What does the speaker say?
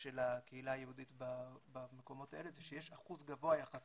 של הקהילה היהודית במקומות האלה זה שיש אחוז גבוה יחסית